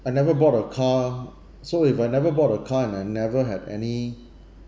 I never bought a car so if I never bought a car and I never had any